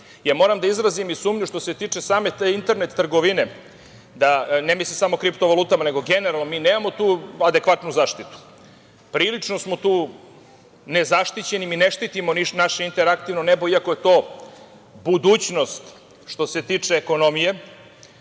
Moram da izrazim i sumnju što se tiče same te internet trgovine, ne mislim samo kriptovalute, nego generalno nemamo tu adekvatnu zaštitu. Prilično smo tu nezaštićeni. Mi ne štitimo naše interaktivno nebo, iako je to budućnost što se tiče ekonomije